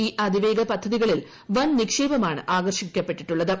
ഈ അതിവേഗ പദ്ധതികളിൽ വൻ നിക്ഷേപമാണ് ആകർഷിക്കപ്പെട്ടിട്ടുള്ളത്